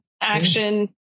action